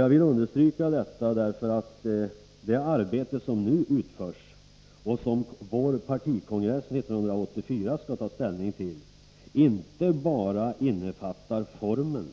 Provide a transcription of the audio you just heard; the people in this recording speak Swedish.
Jag vill understryka detta, därför att det arbete som nu utförs och som vår partikongress 1984 skall ta ställning till inte bara innefattar formen